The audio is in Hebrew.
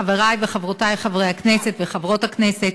חברי וחברותי חברי הכנסת וחברות הכנסת,